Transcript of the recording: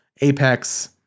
apex